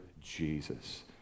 Jesus